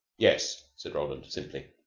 yes, said roland simply.